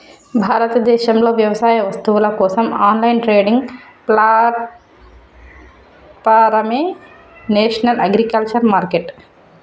భారతదేశంలోని వ్యవసాయ వస్తువుల కోసం ఆన్లైన్ ట్రేడింగ్ ప్లాట్ఫారమే నేషనల్ అగ్రికల్చర్ మార్కెట్